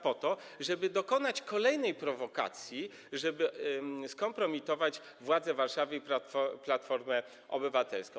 po to, żeby dokonać kolejnej prowokacji, żeby skompromitować władze Warszawy i Platformę Obywatelską.